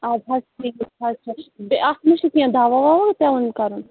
اَدٕ حظ ٹھیٖک حظ چھِ بیٚیہِ اَتھ ما چھِ کیٚنہہ دوا وَوا پٮ۪وان کَرُن